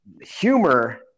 humor